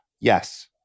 Yes